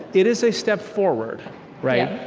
it is a step forward yeah.